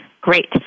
Great